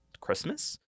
Christmas